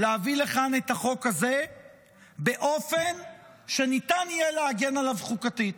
להביא לכאן את החוק הזה באופן שניתן יהיה להגן עליו חוקתית,